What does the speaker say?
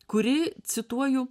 kuri cituoju